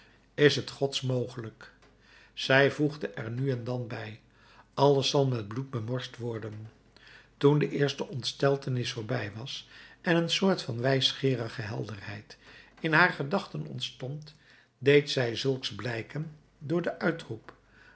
is het gods mogelijk zij voegde er nu en dan bij alles zal met bloed bemorst worden toen de eerste ontsteltenis voorbij was en een soort van wijsgeerige helderheid in haar gedachten ontstond deed zij zulks blijken door den uitroep